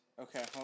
Okay